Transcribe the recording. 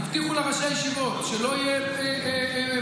הבטיחו לראשי הישיבות שלא יהיו יחידות